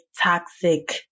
toxic